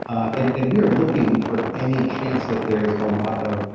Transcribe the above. and and we are looking for any chance that there is a lot of,